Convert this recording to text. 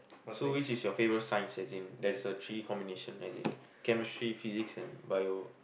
so which is your favourite science as in there's a three combination as in chemistry physics and Bio